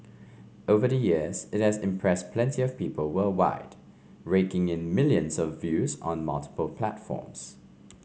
over the years it has impressed plenty of people worldwide raking in millions of views on multiple platforms